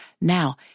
Now